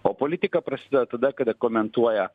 o politika prasideda tada kada komentuoja